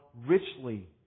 richly